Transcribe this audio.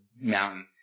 mountain